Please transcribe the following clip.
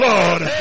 Lord